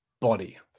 body